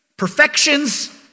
perfections